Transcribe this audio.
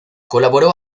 colaboró